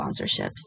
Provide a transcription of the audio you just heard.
sponsorships